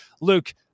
Luke